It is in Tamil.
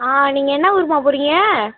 ஆ நீங்கள் என்ன ஊருமா போகறீங்க